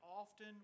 often